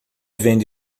vende